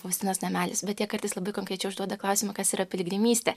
faustinos namelis bet jie kartais labai konkrečiai užduoda klausimą kas yra piligrimystė